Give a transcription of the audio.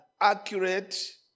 accurate